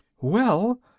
Well